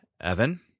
Evan